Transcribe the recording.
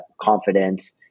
confidence